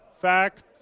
fact